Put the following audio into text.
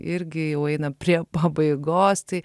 irgi jau einam prie pabaigos tai